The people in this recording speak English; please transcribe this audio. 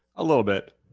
a little bit.